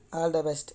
all the best